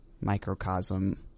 microcosm